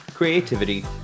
creativity